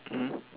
mm